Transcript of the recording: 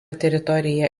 teritorija